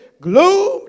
gloom